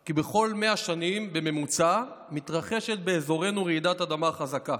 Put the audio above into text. כי בכל 100 שנים בממוצע מתרחשת באזורנו רעידת אדמה חזקה.